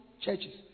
churches